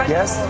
Yes